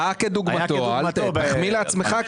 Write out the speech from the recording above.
אין לכם במה להתהדר.